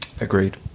Agreed